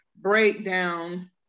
breakdown